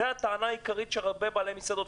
זו הטענה העיקרית של הרבה בעלי מסעדות,